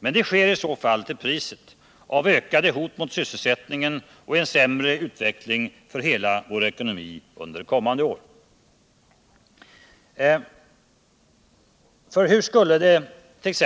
Men det sker i så fall till priset av ökade hot mot sysselsättningen och en mindre utveckling för hela vår ekonomi under kommande år. För hur skulle det t.ex.